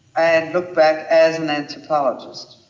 and look back as an anthropologist,